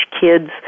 kids